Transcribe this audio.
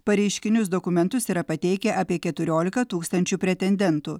pareiškinius dokumentus yra pateikę apie keturiolika tūkstančių pretendentų